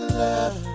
love